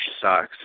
sucks